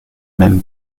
même